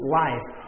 life